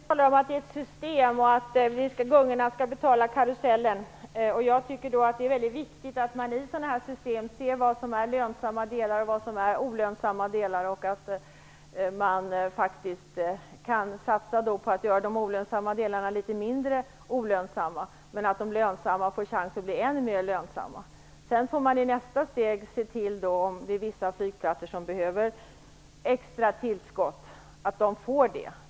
Herr talman! Claes-Göran Brandin talar om ett system och om att gungorna skall betala karusellen. Det är viktigt att man i sådana system ser vad som är lönsamt och vad som är olönsamt, att man faktiskt satsar på att göra de olönsamma delarna litet mindre olönsamma och att de lönsamma får chansen att bli ännu mer lönsamma. Sedan får man i nästa steg se till att de flygplatser som behöver extra tillskott också får det.